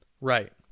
Right